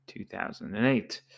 2008